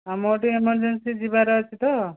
ଆମର ଟିକିଏ ଏମରଜେନ୍ସି ଯିବାର ଅଛି ତ